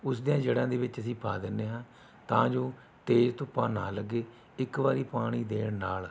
ਉਸ ਦੀਆਂ ਜੜ੍ਹਾਂ ਦੇ ਵਿੱਚ ਅਸੀਂ ਪਾ ਦਿੰਦੇ ਹਾਂ ਤਾਂ ਜੋ ਤੇਜ਼ ਧੁੱਪਾਂ ਨਾ ਲੱਗੇ ਇੱਕ ਵਾਰੀ ਪਾਣੀ ਦੇਣ ਨਾਲ